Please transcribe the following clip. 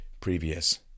previous